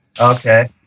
okay